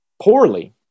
poorly